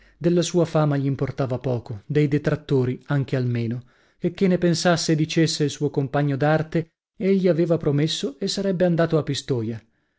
della sua fama gl'importava poco dei detrattori anche almeno checchè ne pensasse e dicesse il suo compagno d'arte egli aveva promesso e sarebbe andato a pistoia